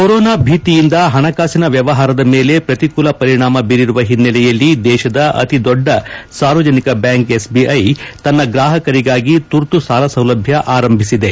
corona ಬೀತಿಯಿಂದ ಪಣಕಾಸಿನ ವ್ಯವಹಾರದ ಮೇಲೆ ಪ್ರತಿಕೂಲ ಪರಿಣಾಮ ಬೀರಿರುವ ಹಿನ್ನೆಲೆಯಲ್ಲಿ ದೇಶದ ಅತಿ ದೊಡ್ಡ ಸಾರ್ವಜನಿಕ ಬ್ಲಾಂಕ್ ಎಸ್ಬಿಐ ತನ್ನ ಗ್ರಾಹಕರಿಗಾಗಿ ತುರ್ತು ಸಾಲ ಸೌಲಭ್ಣ ಆರಂಭಿಸಿದೆ